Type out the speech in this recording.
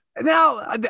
Now